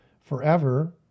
forever